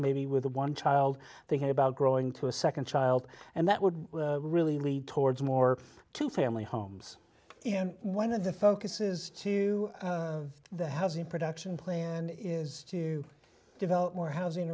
maybe with one child thinking about growing to a nd child and that would really lead towards more to family homes in one of the focuses to the housing production plan is to develop more housing